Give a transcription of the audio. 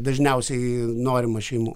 dažniausiai norima šeimų